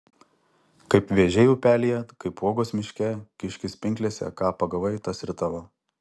kaip vėžiai upelyje kaip uogos miške kiškis pinklėse ką pagavai tas ir tavo